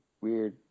weird